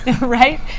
Right